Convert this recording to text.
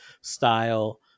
style